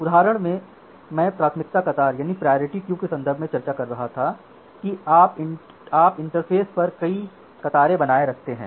उदाहरण में मैं प्राथमिकता कतार के संदर्भ में चर्चा कर रहा था कि आप इंटरफ़ेस पर कई कतारें बनाए रखते हैं